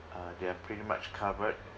uh they're pretty much covered